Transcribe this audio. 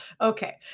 okay